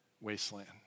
wasteland